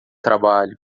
trabalho